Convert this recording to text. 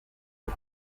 lot